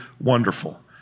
wonderful